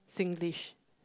Singlish